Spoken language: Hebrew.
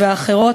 ואחרות,